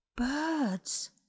Birds